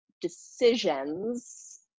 decisions